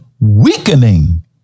weakening